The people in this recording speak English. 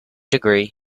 degree